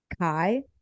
kai